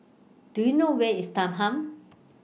Do YOU know Where IS Thanggam